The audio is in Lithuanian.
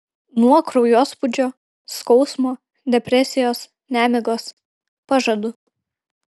nuo kraujospūdžio skausmo depresijos nemigos pažadu